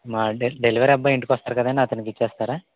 మా డెల్ డెలివరీ అబ్బాయ్ ఇంటికొస్తాడు కదండీ అతనకిచ్చేస్తార